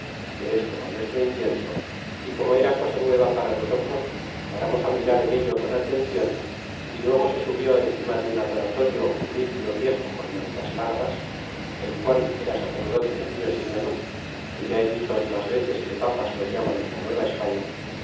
que es como nuestro incienso y como era cosa nueva para nosotros paramos fi mirar en ello con atencion y luego ae subió encima de un adoratorio un indio viejo con mantas largas el qual era sacerdote de aquellos ídolos que ya he dicho otras veces que papas los llaman en la